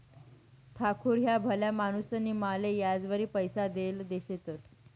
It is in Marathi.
ठाकूर ह्या भला माणूसनी माले याजवरी पैसा देल शेतंस